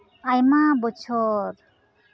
ᱟᱭᱢᱟ ᱵᱚᱪᱷᱚᱨ